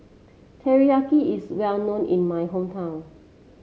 teriyaki is well known in my hometown